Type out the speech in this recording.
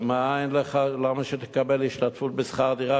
אז למה שתקבל השתתפות בשכר דירה,